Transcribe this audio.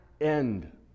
end